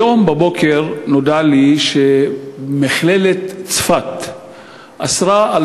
היום בבוקר נודע לי שמכללת צפת אסרה על